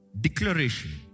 declaration